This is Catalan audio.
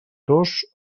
dos